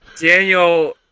Daniel